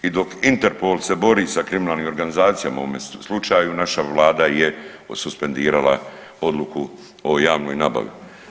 I dok INTERPOL se bori sa kriminalnim organizacijama u ovome slučaju naša Vlada je suspendirala odluku o javnoj nabavi.